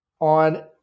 On